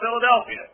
Philadelphia